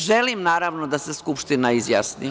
Želim, naravno, da se Skupština izjasni.